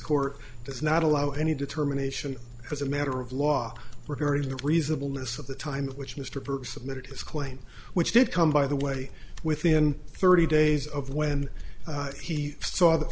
court does not allow any determination as a matter of law regarding the reasonable minutes of the time which mr person that it is claimed which did come by the way within thirty days of when he saw the